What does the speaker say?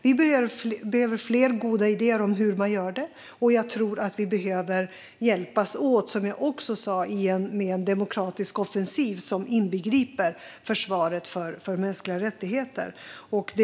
Vi behöver fler goda idéer om hur man gör detta, och som jag sa tror jag att vi behöver hjälpas åt med en demokratisk offensiv som inbegriper försvaret av mänskliga rättigheter.